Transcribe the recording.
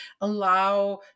allow